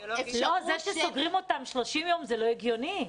זה שסוגרים אותם 30 יום לא הגיוני.